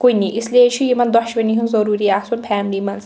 کُنی اس لیے چھُ یِمَن دۄشونی ہِنٛد ضروٗری آسُن فیملی منٛز